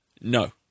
No